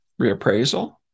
reappraisal